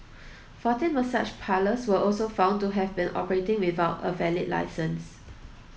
fourteen massage parlours were also found to have been operating without a valid licence